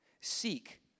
Seek